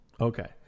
okay